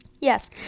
Yes